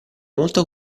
molto